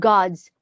God's